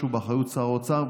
שהוא באחריות שר האוצר,